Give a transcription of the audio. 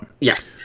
Yes